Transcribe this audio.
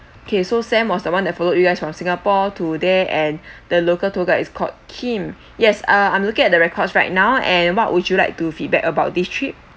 okay so sam was the one that followed you guys from singapore to there and the local tour guides is called kim yes uh I'm looking at the records right now and what would you like to feedback about this trip